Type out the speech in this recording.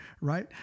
right